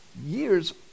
years